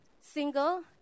single